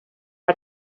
are